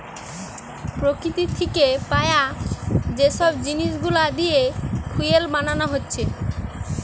প্রকৃতি থিকে পায়া যে সব জিনিস গুলা দিয়ে ফুয়েল বানানা হচ্ছে